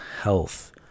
health